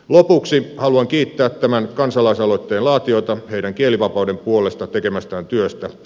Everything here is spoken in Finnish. lopuksi haluan kiittää tämän kansalaisaloitteen laatijoita heidän kielivapauden puolesta tekemästään työstä